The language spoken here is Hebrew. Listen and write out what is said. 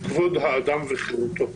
כבוד האדם וחירותו,